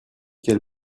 quel